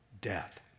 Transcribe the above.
death